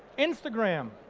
instagram.